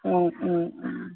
ഉം ഉം ഉം